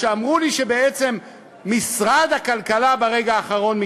אמרו לי שבעצם משרד הכלכלה מתנגד ברגע האחרון.